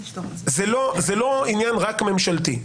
זה לא עניין רק ממשלתי.